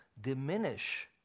diminish